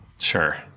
Sure